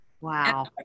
Wow